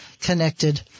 connected